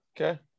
Okay